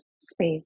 space